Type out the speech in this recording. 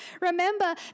Remember